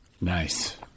Nice